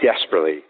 desperately